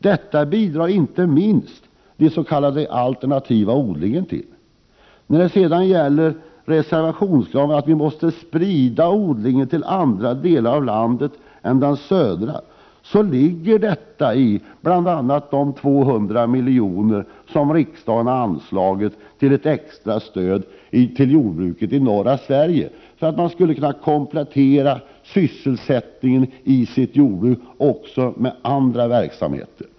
Detta bidrar inte minst den s.k. alternativa odlingen till. Förslaget i samma reservation om att odlingen måste spridas till andra delar av landet än de södra är delvis uppfyllt genom de 200 milj.kr. som riksdagen har anslagit som ett extra stöd till jordbruket i norra Sverige. Därmed kan sysselsättningen inom jordbruket kombineras med andra verksamheter.